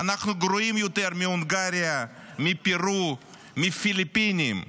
ואנחנו גרועים יותר מהונגריה, מפרו, מהפיליפינים.